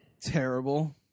Terrible